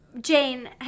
Jane